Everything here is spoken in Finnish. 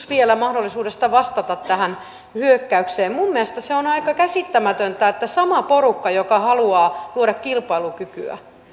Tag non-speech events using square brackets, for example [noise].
[unintelligible] vielä mahdollisuudesta vastata tähän hyökkäykseen minun mielestäni se on aika käsittämätöntä että sama porukka joka haluaa luoda kilpailukykyä